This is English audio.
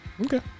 Okay